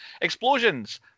Explosions